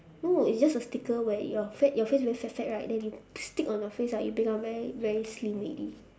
no it's just a sticker where your fat your face very fat fat right then you stick on your face ah you become very very slim already